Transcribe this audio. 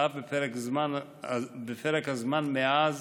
ואף בפרק הזמן מאז,